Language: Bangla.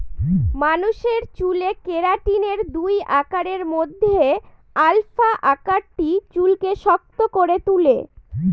মানুষের চুলে কেরাটিনের দুই আকারের মধ্যে আলফা আকারটি চুলকে শক্ত করে তুলে